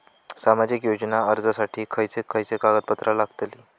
सामाजिक योजना अर्जासाठी खयचे खयचे कागदपत्रा लागतली?